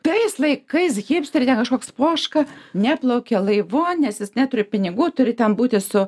tais laikais hipsteri ten kažkoks poška neplaukė laivu nes jis neturi pinigų turi ten būti su